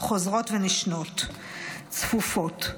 חוזרות ונשנות צפופות,